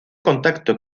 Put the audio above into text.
contacto